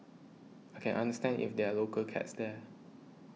I can understand if there're local cats there